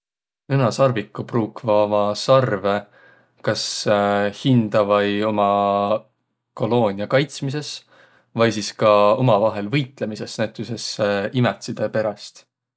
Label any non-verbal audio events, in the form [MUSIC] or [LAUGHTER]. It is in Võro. Nõnasarviguq pruukva umma sarvõ kas hindä vai uma koloonia kaitsmisõs vai si ka umavahel võitlõmisõs, näütüses [HESITATION] imätside peräst.